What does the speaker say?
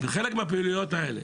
וחלק מהפעילויות האלה